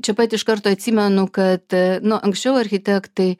čia pat iš karto atsimenu kad nu anksčiau architektai